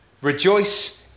Rejoice